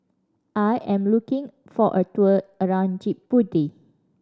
I am looking for a tour around Djibouti